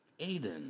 Aiden